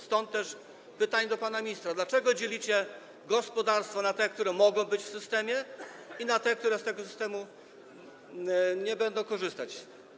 Stąd też pytanie do pana ministra: Dlaczego dzielicie gospodarstwa na te, które mogą być w systemie, i na te, które z tego systemu nie będą korzystać?